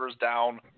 down